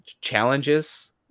challenges